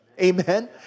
Amen